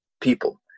people